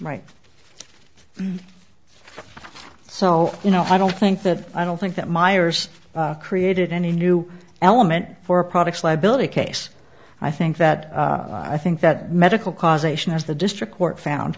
right so you know i don't think that i don't think that myers created any new element for products liability case i think that i think that medical causation as the district court found